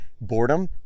boredom